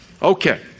Okay